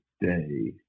day